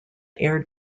air